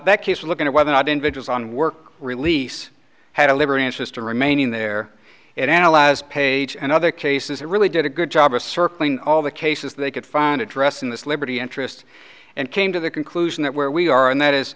that case looking at whether or not in vigils on work release had a liberty interest in remaining there it analyze page and other cases it really did a good job of circling all the cases they could find addressing this liberty interest and came to the conclusion that where we are and that